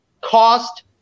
cost